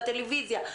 בטלוויזיה,